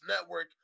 network